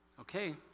okay